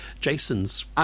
Jason's